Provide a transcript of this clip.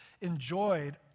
enjoyed